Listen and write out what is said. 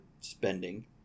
spending